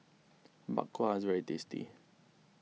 Bak Kwa is very tasty